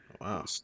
Wow